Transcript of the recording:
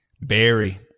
Barry